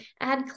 add